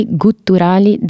gutturali